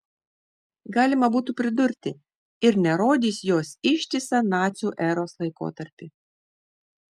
galima būtų pridurti ir nerodys jos ištisą nacių eros laikotarpį